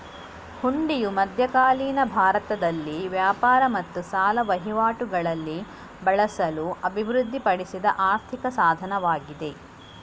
ಹುಂಡಿಯು ಮಧ್ಯಕಾಲೀನ ಭಾರತದಲ್ಲಿ ವ್ಯಾಪಾರ ಮತ್ತು ಸಾಲ ವಹಿವಾಟುಗಳಲ್ಲಿ ಬಳಸಲು ಅಭಿವೃದ್ಧಿಪಡಿಸಿದ ಆರ್ಥಿಕ ಸಾಧನವಾಗಿದೆ